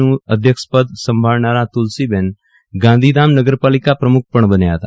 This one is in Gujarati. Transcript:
નું અધ્યક્ષ પદ સંભાળનારા તુલસીબેન ગાંધીધામ નગરપાલિકા પ્રમુખ પણ બન્યા હતા